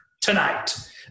tonight